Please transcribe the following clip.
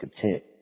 content